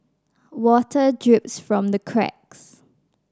water drips from the cracks